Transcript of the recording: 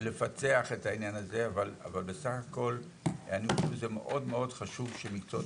לפצח את העניין הזה אבל בסך הכל זה מאוד חשוב שמקצועות